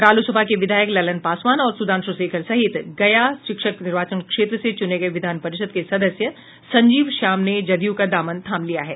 रालोसपा के विधायक ललन पासवान और सुधांशु शेखर सहित गया शिक्षक निर्वाचन क्षेत्र से चुने गए विधान परिषद के सदस्य संजीव श्याम ने जदयू का दामन थाम लिया है